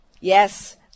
Yes